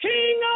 King